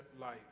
life